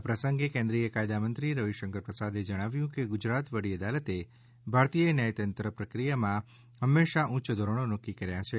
આ પ્રસંગે કેન્દ્રિય કાયદામંત્રી રવિશંકર પ્રસાદે જણાવ્યું હતું કે ગુજરાત વડી અદાલતે ભારતીય ન્યાય પ્રક્રિયામાં હંમેશા ઉચ્ચ ધોરણો નક્કી કર્યા છે